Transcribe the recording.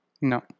No